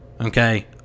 okay